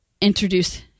introduce